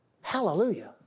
hallelujah